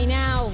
now